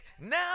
Now